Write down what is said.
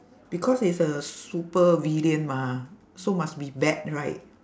because he's a supervillain mah so must be bad right